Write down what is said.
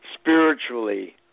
spiritually